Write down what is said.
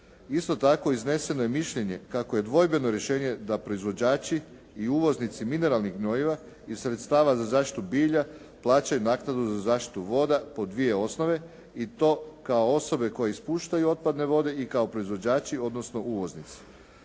Isto tako, izneseno je mišljenje kako je dvojbeno rješenje da proizvođači i uvoznici mineralnih gnojiva iz sredstava za zaštitu bilja plaćaju naknadu za zaštitu voda po dvije osnove i to kao osobe koje ispuštaju otpadne vode i kao proizvođači, odnosno uvoznici.